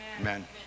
Amen